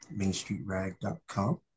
mainstreetrag.com